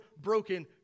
broken